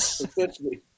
essentially